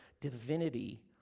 divinity